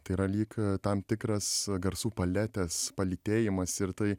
tai yra lyg tam tikras garsų paletės palytėjimas ir tai